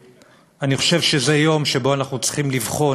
אני חושב שזה יום שבו אנחנו צריכים לבחון